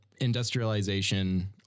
industrialization